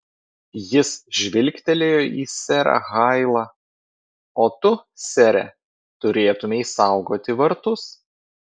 jis žvilgtelėjo į serą hailą o tu sere turėtumei saugoti vartus